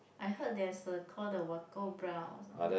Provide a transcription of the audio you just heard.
I heard there's a call the Wacko bra or something